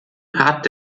hat